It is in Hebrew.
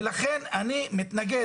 ולכן אני מתנגד,